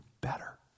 better